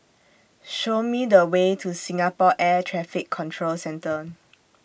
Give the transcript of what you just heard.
Show Me The Way to Singapore Air Traffic Control Centre